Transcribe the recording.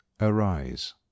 arise